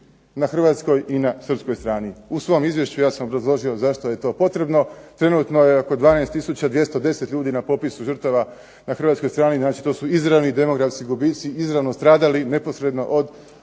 na hrvatskoj i na srpskoj strani. U svom izvješću ja sam obrazložio zašto je to potrebno. Trenutno je oko 12 tisuća 210 ljudi na popisu žrtava na hrvatskoj strani. Znači, to su izravni demografski gubici, izravno stradali neposredno od